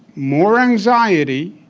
more anxiety.